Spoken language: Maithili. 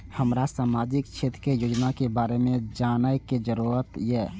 हमरा सामाजिक क्षेत्र के योजना के बारे में जानय के जरुरत ये?